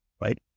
right